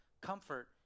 comfort